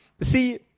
See